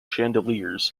chandeliers